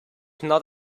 not